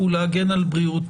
הוא להגן על בריאות